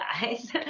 guys